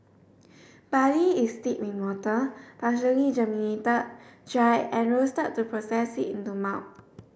barley is steeped in water partially germinated dried and roasted to process it into malt